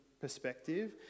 perspective